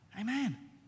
Amen